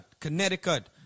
Connecticut